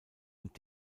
und